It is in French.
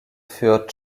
furent